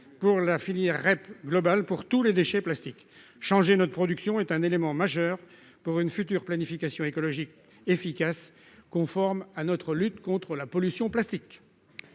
de la filière REP globale, pour tous les déchets plastiques. Changer notre production est un élément majeur pour une future planification écologique efficace, conforme à notre lutte contre la pollution plastique.